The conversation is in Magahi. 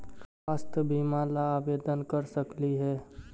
स्वास्थ्य बीमा ला आवेदन कर सकली हे?